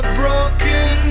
broken